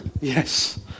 Yes